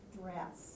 dress